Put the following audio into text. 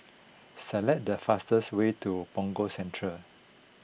select the fastest way to Punggol Central